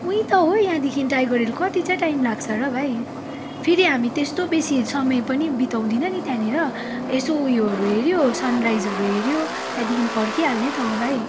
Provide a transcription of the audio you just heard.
उहीँ त हो यहाँदेखिन् टाइगर हिल कति चाहिँ टाइम लाग्छ र भाइ फेरि हामी त्यस्तो बेसी समय पनि बिताउँदिनँ नि त्यहाँनिर यसो ऊ योहरू हेऱ्यो सनराइजहरू हेऱ्यो त्यहाँदेखिन् फर्किहाल्ने त हो भाइ